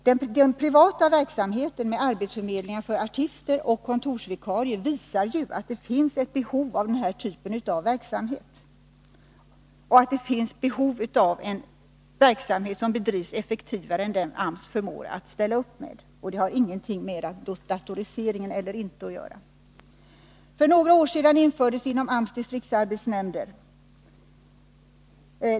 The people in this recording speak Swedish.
Den privata verksamheten med arbetsförmedling för artister och kontorsvikarier visar ju att det finns ett behov av den här typen av verksamhet och att det finns behov av en verksamhet som bedrivs effektivare än den AMS förmår att ställa upp med. Det har ingenting med datorisering eller inte att göra. För några år sedan infördes inom AMS distriktsarbetsnämnder.